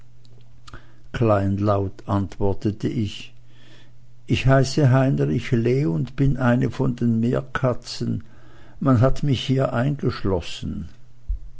kleinlaut antwortete ich ich heiße heinrich lee und bin eine von den meerkatzen man hat mich hier eingeschlossen